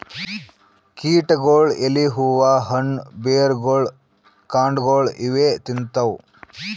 ಕೀಟಗೊಳ್ ಎಲಿ ಹೂವಾ ಹಣ್ಣ್ ಬೆರ್ಗೊಳ್ ಕಾಂಡಾಗೊಳ್ ಇವೇ ತಿಂತವ್